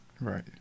right